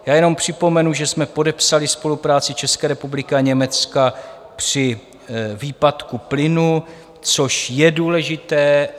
Já jen připomenu, že jsme podepsali spolupráci České republiky a Německa při výpadku plynu, což je důležité.